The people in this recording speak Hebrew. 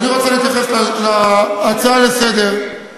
טוב, אני רוצה להתייחס להצעה לסדר-היום.